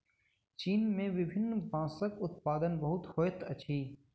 चीन में विभिन्न बांसक उत्पादन बहुत होइत अछि